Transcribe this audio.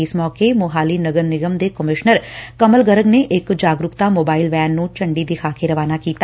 ਇਸ ਮੌਕੇ ਮੁਹਾਲੀ ਨਗਰ ਨਿਗਮ ਦੇ ਕਮਿਸ਼ਨਰ ਕਮਲ ਗਰਗ ਨੇ ਇਕ ਜਾਗਰੂਕਤਾ ਮੋਬਾਇਲ ਵੈਨ ਨੂੰ ੰਡੀ ਵਿਖਾਕੇ ਰਵਾਨਾ ਕੀਤਾ